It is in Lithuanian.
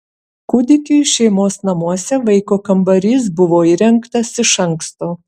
kūdikiui šeimos namuose vaiko kambarys buvo įrengtas iš anksto